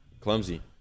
clumsy